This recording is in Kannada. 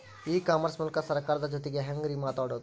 ಇ ಕಾಮರ್ಸ್ ಮೂಲಕ ಸರ್ಕಾರದ ಜೊತಿಗೆ ಹ್ಯಾಂಗ್ ರೇ ಮಾತಾಡೋದು?